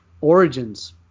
Origins